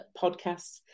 podcasts